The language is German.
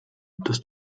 dass